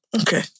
Okay